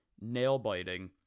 nail-biting